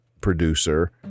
producer